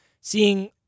Seeing